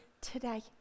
today